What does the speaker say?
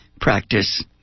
practice